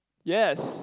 yes